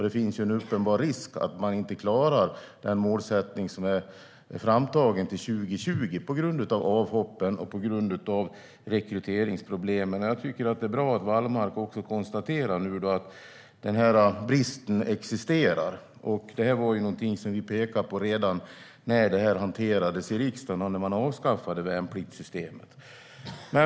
Det finns en uppenbar risk för att man inte klarar den målsättning som är framtagen till 2020 på grund av avhopp och rekryteringsproblem. Jag tycker att det är bra att också Wallmark nu konstaterar att denna brist existerar. Det var något som vi pekade på redan när detta behandlades i riksdagen i samband med att vi avskaffade värnpliktssystemet.